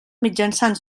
mitjançant